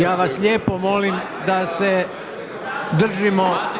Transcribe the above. Ja vas lijepo molim da se držimo.